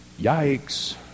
Yikes